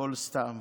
הכול סתם,